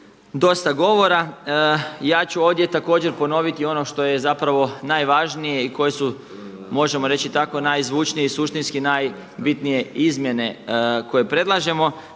dosta govora. Ja ću ovdje također ponoviti ono što je zapravo najvažnije i koje su možemo reći tako najzvučnije i suštinski najbitnije izmjene koje predlažemo.